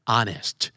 Honest